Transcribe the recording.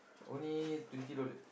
only twenty dollar